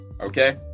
okay